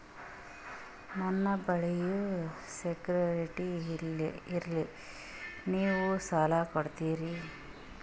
ನನ್ನ ಬಳಿ ಯಾ ಸೆಕ್ಯುರಿಟಿ ಇಲ್ರಿ ನೀವು ಸಾಲ ಕೊಡ್ತೀರಿ?